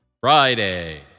Friday